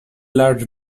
large